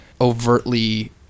overtly